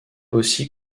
aussi